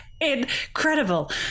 Incredible